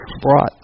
brought